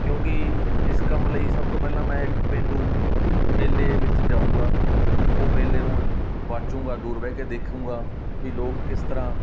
ਕਿਉਂਕਿ ਇਸ ਕੰਮ ਲਈ ਸਭ ਤੋਂ ਪਹਿਲਾਂ ਮੈਂ ਇੱਕ ਪੇਂਡੂ ਮੇਲੇ ਵਿੱਚ ਜਾਊਂਗਾ ਉਹ ਮੇਲੇ ਨੂੰ ਵਾਚੂੰਗਾ ਦੂਰ ਬਹਿ ਕੇ ਦੇਖੂੰਗਾ ਵੀ ਲੋਕ ਕਿਸ ਤਰ੍ਹਾਂ